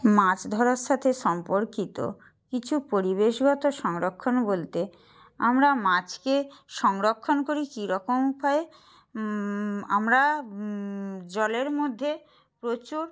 মাছ ধরার সাথে সম্পর্কিত কিছু পরিবেশগত সংরক্ষণ বলতে আমরা মাছকে সংরক্ষণ করি কীরকম উপায়ে আমরা জলের মধ্যে প্রচুর